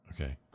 Okay